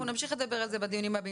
היא דלה מאוד.